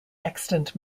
extant